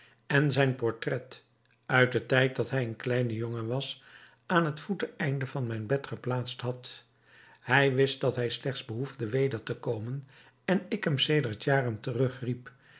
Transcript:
en zijn portret uit den tijd dat hij een kleine jongen was aan het voeteneinde van mijn bed geplaatst had hij wist dat hij slechts behoefde weder te komen en ik hem sedert jaren terug